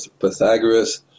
Pythagoras